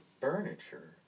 furniture